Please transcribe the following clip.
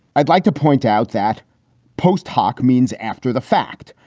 i'd like to point out that post hoc means after the fact.